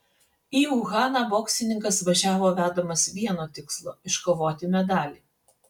į uhaną boksininkas važiavo vedamas vieno tikslo iškovoti medalį